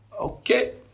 Okay